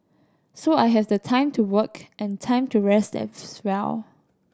so I has the time to work and time to rest well